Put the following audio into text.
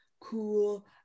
cool